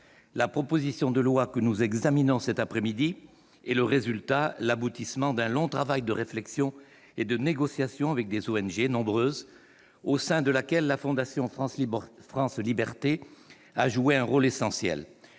la proposition de loi que nous examinons cet après-midi est l'aboutissement d'un long travail de réflexion et de négociation avec de nombreuses ONG, parmi lesquelles la fondation France Libertés a joué un rôle essentiel.